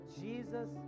Jesus